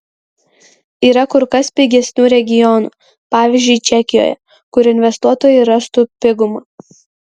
yra kur kas pigesnių regionų pavyzdžiui čekijoje kur investuotojai rastų pigumą